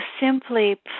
simply